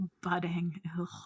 budding